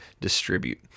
distribute